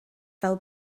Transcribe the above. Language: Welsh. fel